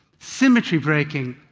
symmetry breaking,